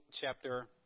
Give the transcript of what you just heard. chapter